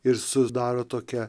ir susidaro tokia